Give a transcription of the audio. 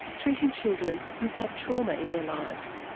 treating children who've had trauma in their lives.